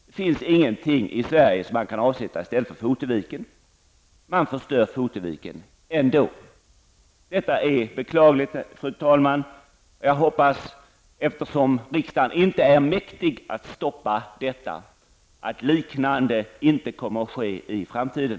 Det finns ingenting i Sverige som man kan avsätta i stället för Foteviken. Man förstör Detta är beklagligt, fru talman. Jag hoppas, eftersom riksdagen inte är mäktig att stoppa detta, att något liknande inte kommer att ske i framtiden.